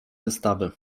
wystawy